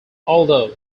although